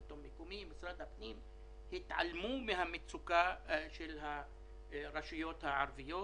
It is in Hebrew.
השלטון המקומי ומשרד הפנים התעלמו מהמצוקה של הרשויות הערביות.